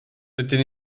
rydyn